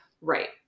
Right